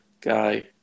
Guy